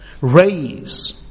raise